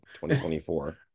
2024